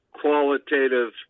qualitative